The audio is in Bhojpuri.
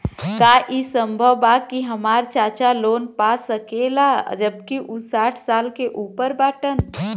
का ई संभव बा कि हमार चाचा लोन पा सकेला जबकि उ साठ साल से ऊपर बाटन?